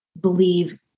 believe